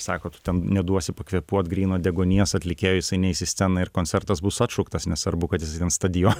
sako tu ten neduosi pakvėpuot gryno deguonies atlikėjui jisai neis į sceną ir koncertas bus atšauktas nesvarbu kad jisai ten stadione